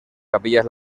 capillas